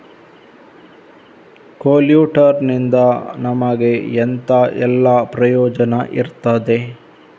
ಕೊಲ್ಯಟರ್ ನಿಂದ ನಮಗೆ ಎಂತ ಎಲ್ಲಾ ಪ್ರಯೋಜನ ಇರ್ತದೆ?